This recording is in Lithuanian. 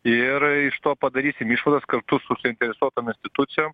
ir iš to padarysim išvadas kartu su suinteresuotom institucijom